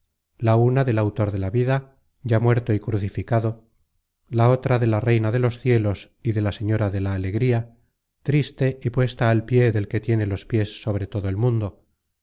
la una del autor de la vida ya muerto y crucificado la otra de la reina de los cielos y de la señora de la alegría triste y puesta al pié del que tiene los piés sobre todo el mundo